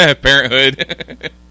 Parenthood